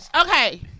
Okay